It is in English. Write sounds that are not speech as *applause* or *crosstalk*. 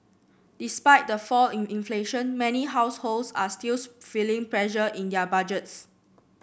despite the fall in inflation many households are still *unintelligible* feeling pressure in their budgets